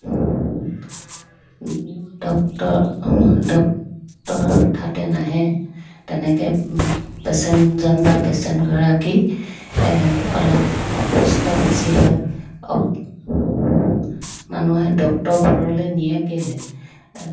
doctor doctor হঠাতে নাহে তেনেকৈ পেচেণ্টজন বা পেচেণ্টগৰাকী অলপ অসুস্থ বেছি হয় মানুহে ডক্তৰৰ ঘৰলৈ নিয়ে কেলৈ